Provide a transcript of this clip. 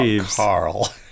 carl